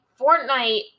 Fortnite